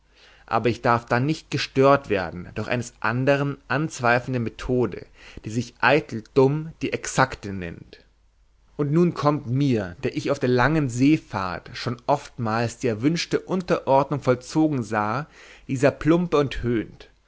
aber ich darf dann nicht gestört werden durch eines andern anzweifelnde methode die sich eitel dumm die exakte nennt und nun kommt mir der ich auf der langen seefahrt schon oftmals die erwünschte unterordnung vollzogen sah dieser plumpe und höhnt